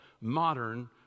modern